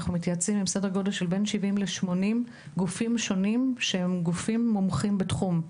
אנחנו מתייעצים עם בין 70 ל-80 גופים שונים שהם גופים מומחים בתחום.